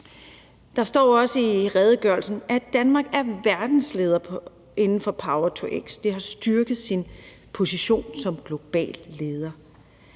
Der står også i redegørelsen, at Danmark er verdensledende inden for power-to-x. Det har styrket sin position som global leder.